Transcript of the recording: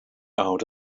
out